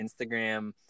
Instagram